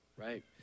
Right